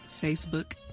Facebook